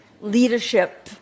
leadership